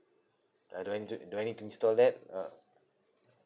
uh do I need to do I need to install that ah